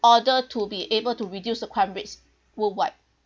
order to be able to reduce the crime rates worldwide